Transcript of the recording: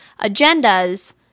agendas –